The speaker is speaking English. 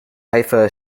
haifa